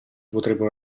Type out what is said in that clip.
potrebbero